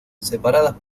separadas